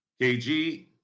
KG